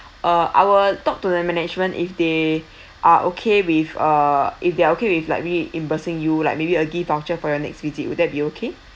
uh I will talk to the management if they are okay with uh if they are okay with like reimbursing you like maybe a gift voucher for your next visit would that be okay